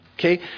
Okay